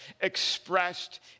expressed